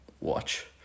watch